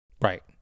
Right